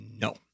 No